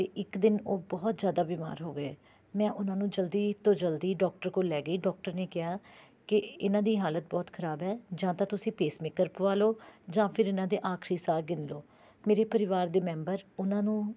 ਅਤੇ ਇੱਕ ਦਿਨ ਉਹ ਬਹੁਤ ਜ਼ਿਆਦਾ ਬਿਮਾਰ ਹੋ ਗਏ ਮੈਂ ਉਹਨਾਂ ਨੂੰ ਜਲਦੀ ਤੋਂ ਜਲਦੀ ਡਾਕਟਰ ਕੋਲ ਲੈ ਗਈ ਡਾਕਟਰ ਨੇ ਕਿਹਾ ਕਿ ਇਹਨਾਂ ਦੀ ਹਾਲਤ ਬਹੁਤ ਖਰਾਬ ਹੈ ਜਾਂ ਤਾਂ ਤੁਸੀਂ ਪੇਸਮੇਕਰ ਪਵਾ ਲਉ ਜਾਂ ਫਿਰ ਇਹਨਾਂ ਦੇ ਆਖਰੀ ਸਾਹ ਗਿਣ ਲਉ ਮੇਰੇ ਪਰਿਵਾਰ ਦੇ ਮੈਂਬਰ ਉਹਨਾਂ ਨੂੰ